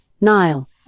Nile